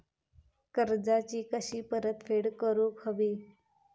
कर्जाची कशी परतफेड करूक हवी?